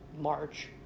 March